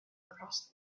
across